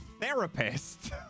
therapist